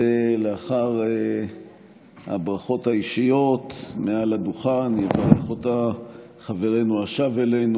לאחר הברכות האישיות מעל הדוכן יברך אותה חברנו השב אלינו,